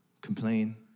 complain